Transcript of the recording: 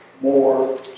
more